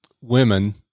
women